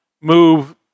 move